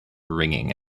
ringing